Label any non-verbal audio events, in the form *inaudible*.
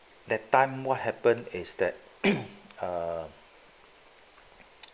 that time what happened is that *coughs* uh